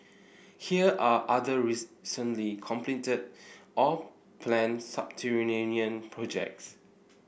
here are other recently completed or planned subterranean projects